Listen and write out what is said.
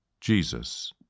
Jesus